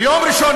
ביום ראשון,